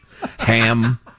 Ham